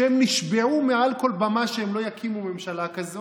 כשהם נשבעו מעל כל במה שהם לא יקימו ממשלה כזאת.